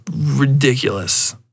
ridiculous